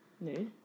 No